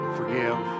forgive